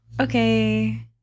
Okay